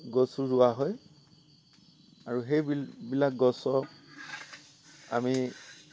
গছো ৰোৱা হয় আৰু সেইবিল্ বিলাক গছৰ আমি